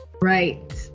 Right